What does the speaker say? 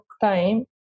time